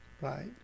right